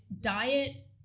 diet